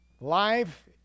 Life